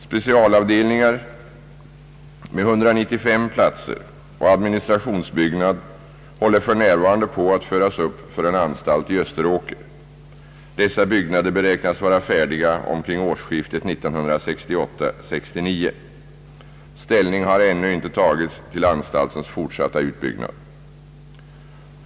Specialavdelningar med 195 platser och administrationsbyggnad håller f.n. på att föras upp för en anstalt i Österåker. Ställning har ännu inte tagits till anstaltens fortsatta utbyggnad.